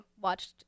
watched